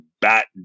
bat